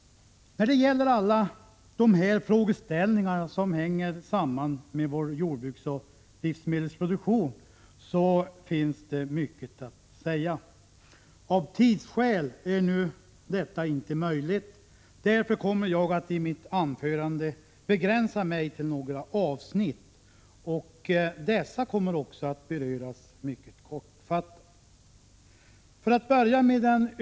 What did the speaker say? När det gäller de frågeställningar som hänger samman med vårt jordbruk och vår livsmedelsproduktion finns det mycket att säga. Av tidsskäl kommer jag därför att begränsa mig till några avsnitt. Dessa kommer också att beröras mycket kortfattat.